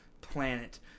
planet